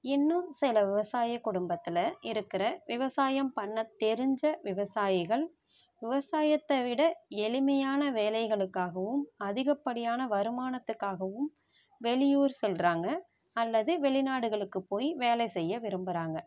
இன்னும் சில விவசாய குடும்பத்தில் இருக்கிற விவசாயம் பண்ண தெரிஞ்ச விவசாயிகள் விவசாயத்தை விட எளிமையான வேலைகளுக்காகவும் அதிகப்படியான வருமானத்துக்காகவும் வெளியூர் செல்கிறாங்க அல்லது வெளிநாடுகளுக்கு போய் வேலை செய்ய விரும்பறாங்க